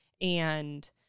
And-